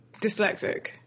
dyslexic